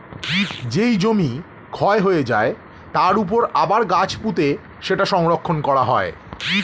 যেই জমি ক্ষয় হয়ে যায়, তার উপর আবার গাছ পুঁতে সেটা সংরক্ষণ করা হয়